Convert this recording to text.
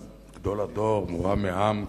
גדול הדור, מורם מעם כביכול,